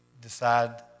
decide